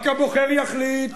רק הבוחר יחליט,